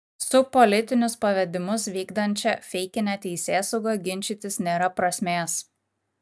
su politinius pavedimus vykdančia feikine teisėsauga ginčytis nėra prasmės